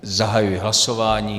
Zahajuji hlasování.